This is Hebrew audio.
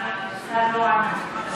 השר לא ענה.